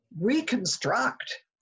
reconstruct